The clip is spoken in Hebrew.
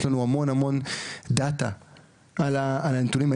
יש לנו המון המון דאטה על הנתונים.